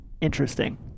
interesting